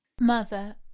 Mother